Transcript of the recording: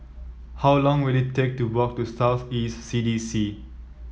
how long will it take to walk to South East C D C